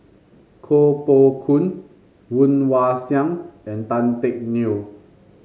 Koh Poh Koon Woon Wah Siang and Tan Teck Neo